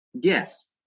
yes